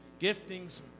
giftings